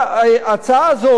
ההצעה הזאת,